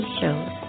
shows